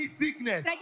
sickness